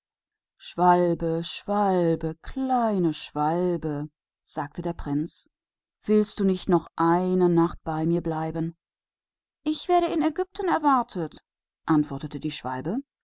vogel vogel kleiner vogel sagte der prinz willst du nicht noch eine nacht bei mir bleiben ich werde in ägypten erwartet antwortete der